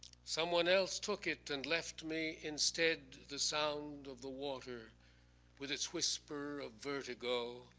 someone else took it and left me instead the sound of the water with it's whisper of vertigo,